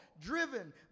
driven